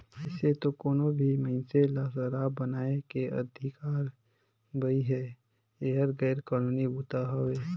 वइसे तो कोनो भी मइनसे ल सराब बनाए के अधिकार बइ हे, एहर गैर कानूनी बूता हवे